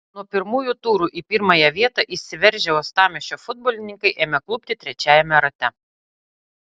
nuo pirmųjų turų į pirmąją vietą išsiveržę uostamiesčio futbolininkai ėmė klupti trečiajame rate